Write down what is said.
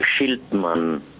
schildmann